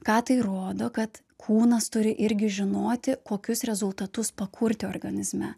ką tai rodo kad kūnas turi irgi žinoti kokius rezultatus pakurti organizme